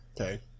okay